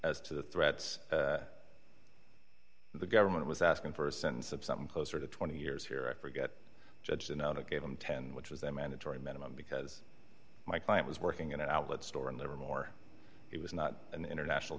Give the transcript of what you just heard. as to the threats the government was asking for a sentence of something closer to twenty years here i forget judge and out it gave him ten which was a mandatory minimum because my client was working in an outlet store and there were more he was not an international